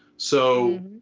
so,